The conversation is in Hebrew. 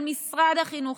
של משרד החינוך.